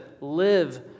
live